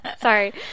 sorry